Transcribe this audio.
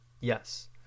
Yes